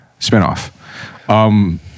spinoff